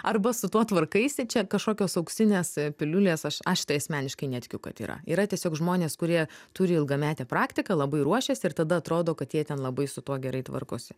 arba su tuo tvarkaisi čia kažkokios auksinės piliulės aš aš tai asmeniškai netikiu kad yra yra tiesiog žmonės kurie turi ilgametę praktiką labai ruošiasi ir tada atrodo kad jie ten labai su tuo gerai tvarkosi